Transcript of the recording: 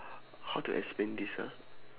how to explain this ah